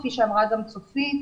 כפי שאמרה גם צופית,